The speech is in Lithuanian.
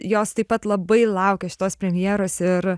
jos taip pat labai laukia šitos premjeros ir